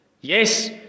Yes